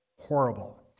horrible